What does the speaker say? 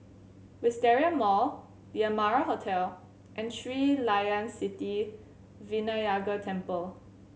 Wisteria Mall The Amara Hotel and Sri Layan Sithi Vinayagar Temple